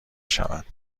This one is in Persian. شود